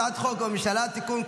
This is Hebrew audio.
הצעת חוק הממשלה (תיקון,